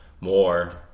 more